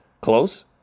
close